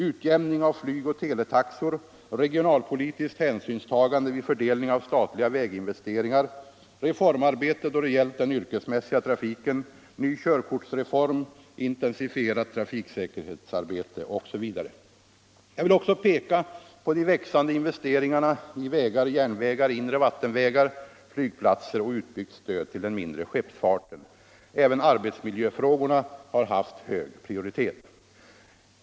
utjämning av flygoch teletaxor, regionalpolitiskt hänsynstagande vid fördelning av statliga väginvesteringar, reformarbete då det gillt den yrkesmässiga trafiken, ny körkortsreform, intensifierat trafiksäkerhetsarbete osv. Jag vill också peka på de växande investeringarna i vägar, järnvägar, inre vattenvägar, Mygplatser och utbyggt stöd till den mindre skeppsfarten. Även arbetsmiljöfrågorna har haft hög prioritet.